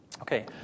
Okay